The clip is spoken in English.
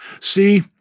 See